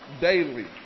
daily